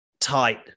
tight